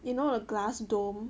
you know a glass dome